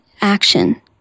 action